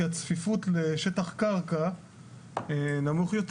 כי הצפיפות לשטח קרקע נמוך יותר.